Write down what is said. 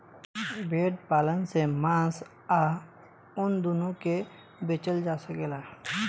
भेड़ पालन से मांस आ ऊन दूनो के बेचल जा सकेला